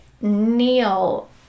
Neil